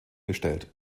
gestellt